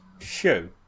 shoe